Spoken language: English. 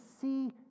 see